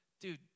dude